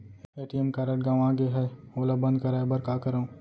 ATM card गंवा गे है ओला बंद कराये बर का करंव?